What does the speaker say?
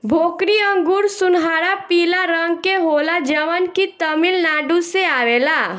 भोकरी अंगूर सुनहरा पीला रंग के होला जवन की तमिलनाडु से आवेला